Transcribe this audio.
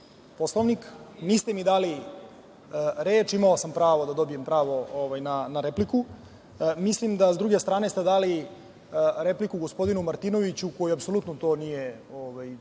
Poslovnik. Niste mi dali reč, a imao sam pravo da dobijem pravo na repliku. S druge strane ste dali repliku gospodinu Martinoviću, koji apsolutno to nije